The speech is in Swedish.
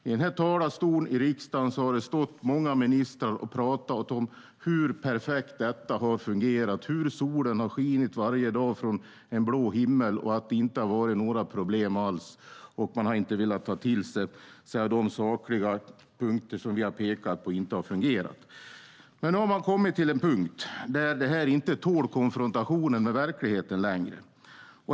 I den här talarstolen i riksdagen har det stått många ministrar och pratat om hur perfekt detta har fungerat, hur solen har skinit varje dag från en blå himmel och att det inte har varit några problem alls. Man har inte velat ta till sig de sakliga punkter som vi har pekat på inte har fungerat. Nu har man kommit till en punkt där det här inte tål konfrontationen med verkligheten längre.